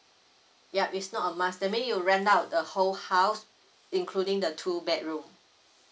ya it's not a must that mean you rent out the whole house including the two bedroom